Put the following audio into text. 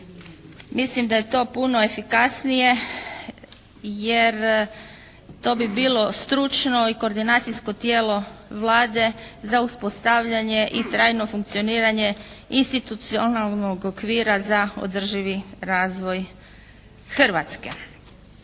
Mislim da je to puno efikasnije jer to bi bilo stručno i koordinacijsko tijelo Vlade za uspostavljanje i trajno funkcioniranje institucionalnog okvira za održivi razvoj Hrvatske.